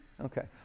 okay